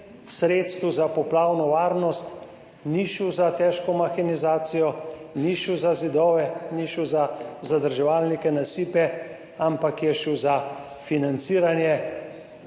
sredstev za poplavno varnost ni šel za težko mehanizacijo, ni šel za zidove, ni šel za zadrževalnike nasipe, ampak je šel za financiranje